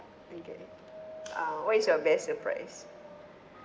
okay uh what is your best surprise